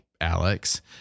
Alex